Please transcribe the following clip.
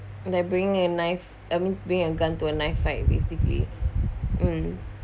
they bring a knife I mean bring a gun to a knife fight basically um